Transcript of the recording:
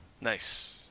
nice